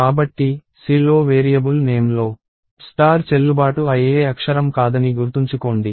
కాబట్టి C లో variable name లో స్టార్ చెల్లుబాటు అయ్యే అక్షరం కాదని గుర్తుంచుకోండి